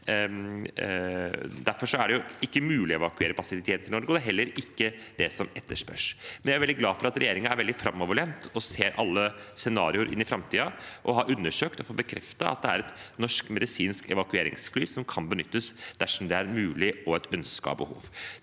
Derfor er det ikke mulig å evakuere pasienter til Norge, og det er heller ikke det som etterspørres. Jeg er veldig glad for at regjeringen er veldig framoverlent og ser alle scenarioer i framtiden, og har undersøkt og fått bekreftet at det er et norsk medisinsk evakueringsfly som kan benyttes dersom det er mulig, og et ønske og behov.